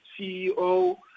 CEO